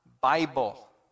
Bible